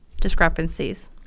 discrepancies